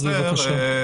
אז בבקשה.